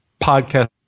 podcast